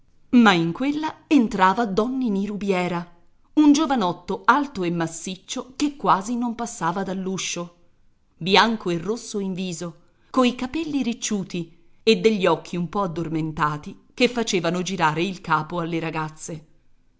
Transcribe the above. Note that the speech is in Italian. ma in quella entrava don ninì rubiera un giovanotto alto e massiccio che quasi non passava dall'uscio bianco e rosso in viso coi capelli ricciuti e degli occhi un po addormentati che facevano girare il capo alle ragazze